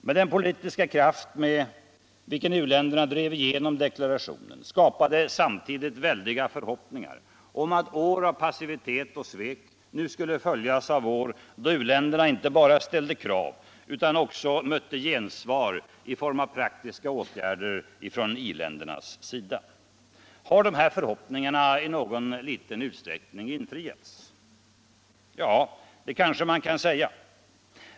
Men den politiska kraft med vilken u-länderna drev igenom deklarationen skapade samtidigt väldiga förhoppningar om att år av passivitet och svek nu skulle följas av år, då u-länderna inte bara ställde krav utan också mötte gensvar i form av praktiska åtgärder från i-ländernas sida. Har dessa förhoppningar i någon liten utsträckning infriats? Ja, det kanske man kan säga.